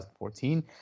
2014